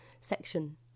section